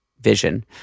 vision